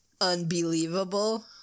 Unbelievable